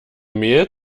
mehl